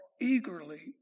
eagerly